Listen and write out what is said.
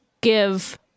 give